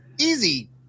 Easy